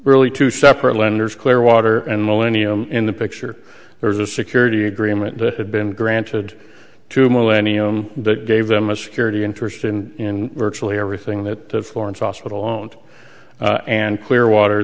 really two separate lenders clearwater and millennium in the picture there was a security agreement that had been granted to millennium that gave them a security interest in virtually everything that florence hospital on and clearwater